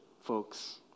folks